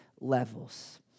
levels